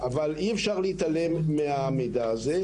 אבל אי אפשר להתעלם מהמידע הזה,